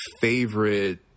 favorite